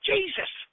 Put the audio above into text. Jesus